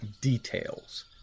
details